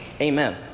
Amen